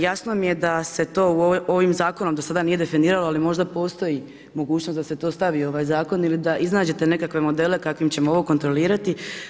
Jasno mi je da se to ovim zakonom to do sada nije definiralo, ali možda postoji mogućnost da se to stavi zakon ili da iznađete nekakve modele, kakvim ćemo ovo kontrolirati.